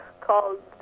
Called